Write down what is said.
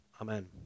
Amen